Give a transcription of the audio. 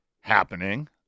happening